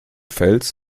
fels